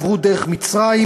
עברו דרך מצרים,